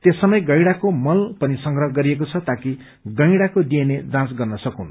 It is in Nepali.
त्यसमय गैड़ाको मल पनि संग्रह गरिएको छ ताक गैड़ाको डिएनए जाँच गर्न सकून्